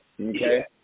Okay